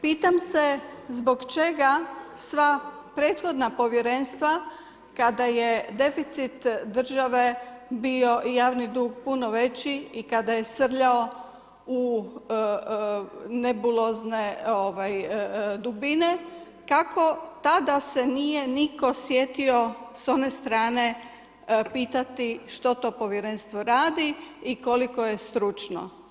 Pitam se zbog čega sva prethodna povjerenstva kada je deficit države bio i javni dug puno veći i kada je srljao i nebulozne dubine kako tada se nije niko sjetio s one strane pitati što to povjerenstvo radi i koliko je stručno.